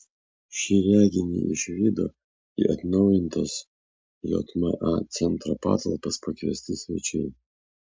šį reginį išvydo į atnaujintas jma centro patalpas pakviesti svečiai